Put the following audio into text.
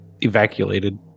evacuated